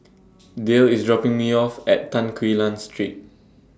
Dayle IS dropping Me off At Tan Quee Lan Street